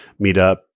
meetup